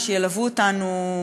שילוו אותנו,